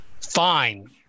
Fine